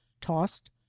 tossed